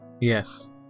Yes